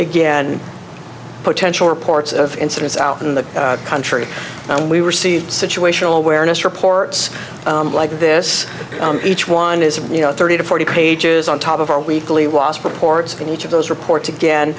again potential reports of incidents out in the country and we receive situational awareness reports this each one is you know thirty to forty pages on top of our weekly wasp reports and each of those reports again